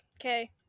okay